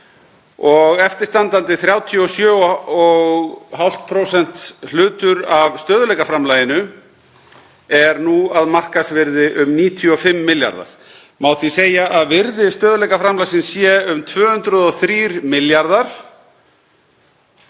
og eftirstandandi 37,5% hlutur af stöðugleikaframlaginu er nú að markaðsvirði um 95 milljarðar. Má því segja að virði stöðugleikaframlagsins sé um 203 milljarðar,